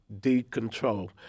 decontrol